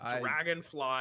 dragonfly